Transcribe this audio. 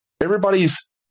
everybody's